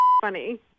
funny